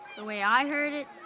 the way i heard it,